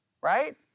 right